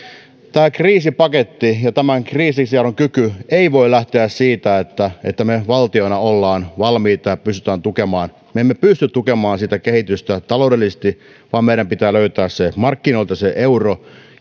kriisipaketti ja kriisinsietokyky eivät voi lähteä siitä että että me valtiona olemme valmiita ja pystymme tukemaan me emme pysty tukemaan sitä kehitystä taloudellisesti vaan meidän pitää löytää markkinoilta se euro